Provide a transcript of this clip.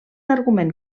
argument